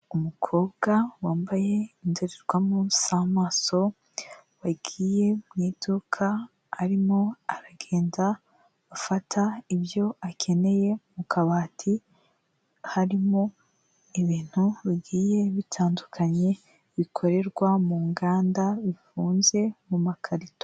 Umukobwa wambaye indorerwamo z'amaso, wagiye mu iduka arimo aragenda afata ibyo akeneye mu kabati, harimo ibintu bigiye bitandukanye bikorerwa mu nganda bifunze mu makarito.